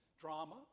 drama